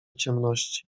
ciemności